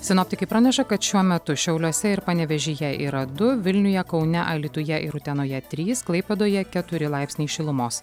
sinoptikai praneša kad šiuo metu šiauliuose ir panevėžyje yra du vilniuje kaune alytuje ir utenoje trys klaipėdoje keturi laipsniai šilumos